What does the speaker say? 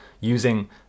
using